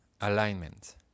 alignment